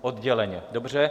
Odděleně, dobře.